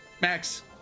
Max